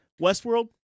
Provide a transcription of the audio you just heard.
Westworld